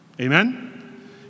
Amen